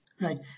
Right